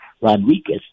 Rodriguez